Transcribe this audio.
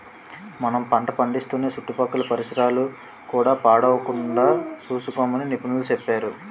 మనం పంట పండిస్తూనే చుట్టుపక్కల పరిసరాలు కూడా పాడవకుండా సూసుకోమని నిపుణులు సెప్పేరు